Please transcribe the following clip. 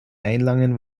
einlagen